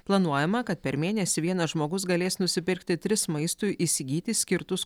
planuojama kad per mėnesį vienas žmogus galės nusipirkti tris maistui įsigyti skirtus